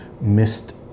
missed